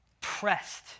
pressed